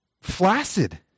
flaccid